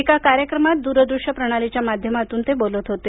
एका कार्यक्रमात दूर दृश्य प्रणालीच्या माध्यमातून ते बोलत होते